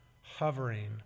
hovering